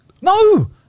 no